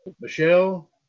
Michelle